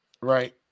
Right